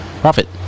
profit